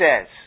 says